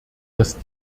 dass